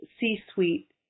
C-suite